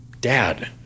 dad